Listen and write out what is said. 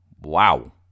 wow